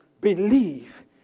believe